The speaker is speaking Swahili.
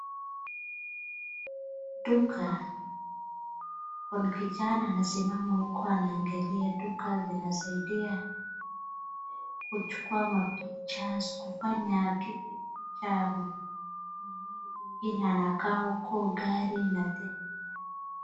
Duka kuna kijana anasimama huko ana angalia. Duka zinasaidia kuchukua mapicha kufanya mwingine anakaa huko gari anatembea.